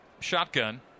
shotgun